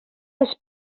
els